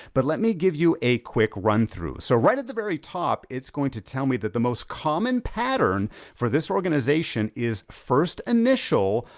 but let me give you a quick run-through. so right at the very top, it's going to tell me that the most common pattern for this organization is, first initial,